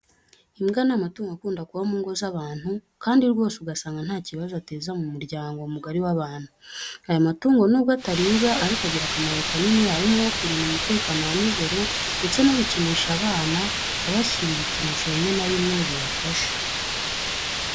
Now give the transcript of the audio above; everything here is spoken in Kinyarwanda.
Imbwa ni amatungo akunda kuba mu ngo z'abantu kandi rwose ugasanga nta kibazo ateza mu muryango mugari w'abantu. Aya matungo nubwo ataribwa ariko agira akamaro kanini harimo nko kurinda umutekano wa nijoro ndetse no gukinisha abana abashyira ibikinisho bimwe na bimwe bibafasha.